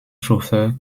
chauffeur